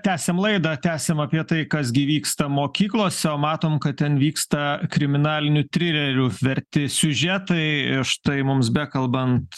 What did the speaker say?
tęsiam laidą tęsiam apie tai kas gi vyksta mokyklose o matom kad ten vyksta kriminalinių trilerių verti siužetai štai mums bekalbant